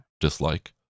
dislike